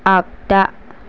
आगदा